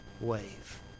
wave